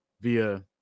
via